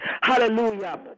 Hallelujah